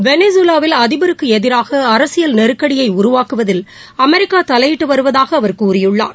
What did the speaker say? வெனிசுவாவில் அதிபருக்கு எதிராக அரசியல் நெருக்கடியை உருவாக்குவதில் அமெரிக்கா தலையிட்டு வருவதாக அவர் கூறியுள்ளார்